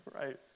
Right